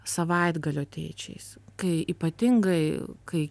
savaitgalio tėčiais kai ypatingai kai